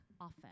often